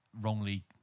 wrongly